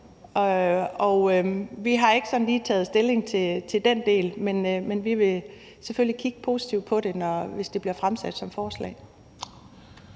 sådan lige taget stilling til den del, men vi vil selvfølgelig kigge positivt på det, hvis det bliver fremsat som forslag.